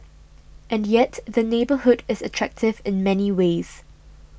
and yet the neighbourhood is attractive in many ways